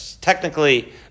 technically